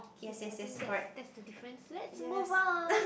okay I think that's that's the difference let's move on